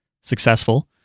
successful